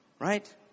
Right